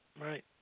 Right